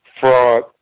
fraud